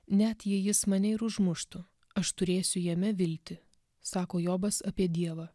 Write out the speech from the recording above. net jei jis mane ir užmuštų aš turėsiu jame viltį sako jobas apie dievą